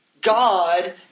God